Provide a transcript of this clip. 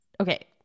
okay